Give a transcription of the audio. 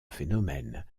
phénomène